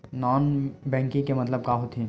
Non banking के मतलब का होथे?